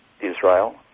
israel